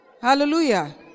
Hallelujah